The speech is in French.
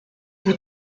vous